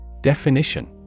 Definition